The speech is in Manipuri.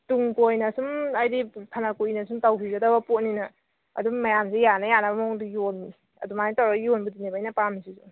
ꯇꯨꯡ ꯀꯣꯏꯅ ꯁꯨꯝ ꯍꯥꯏꯗꯤ ꯐꯅ ꯀꯨꯏꯅ ꯁꯨꯝ ꯇꯧꯒꯤꯒꯗꯕ ꯄꯣꯠꯅꯤꯅ ꯑꯗꯨꯝ ꯃꯌꯥꯝꯁꯨ ꯌꯥꯅ ꯌꯥꯅꯕ ꯃꯑꯣꯡꯗ ꯌꯣꯜꯂꯤ ꯑꯗꯨꯃꯥꯏ ꯇꯧꯔ ꯌꯣꯟꯕꯗꯨꯅꯦꯕ ꯑꯩꯅ ꯄꯥꯝꯃꯤꯁꯤꯁꯨ